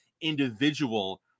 individual